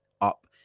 up